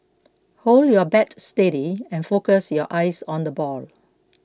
hold your bat steady and focus your eyes on the ball